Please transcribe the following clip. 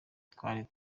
twari